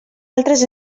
altres